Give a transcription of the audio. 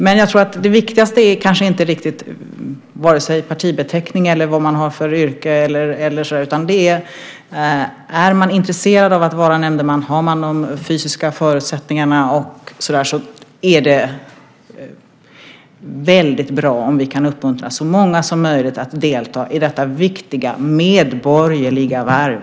Men jag tror att det viktigaste kanske inte är vare sig partibeteckning eller yrke, utan det är om man är intresserad av att vara nämndeman och om man har de fysiska förutsättningarna. Då är det väldigt bra om vi kan uppmuntra så många som möjligt att delta i detta viktiga medborgerliga värv.